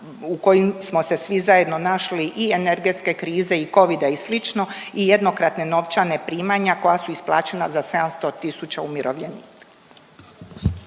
u kojem smo se svi zajedno našli i energetske krize i covida i slično i jednokratna novčana primanja koja su isplaćena za 700 000 umirovljenika.